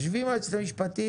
יושבים עם היועצת המשפטית,